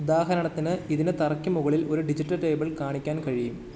ഉദാഹരണത്തിന് ഇതിന് തറയ്ക്കുമുകളില് ഒരു ഡിജിറ്റൽ ടേബിൾ കാണിക്കാൻ കഴിയും